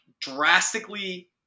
drastically